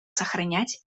сохранять